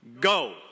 Go